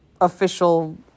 official